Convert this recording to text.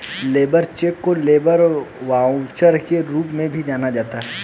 labour cheque को labour voucher के रूप में भी जाना जाता है